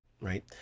right